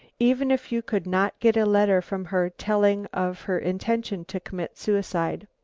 even if you could not get a letter from her telling of her intention to commit suicide.